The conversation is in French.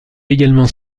également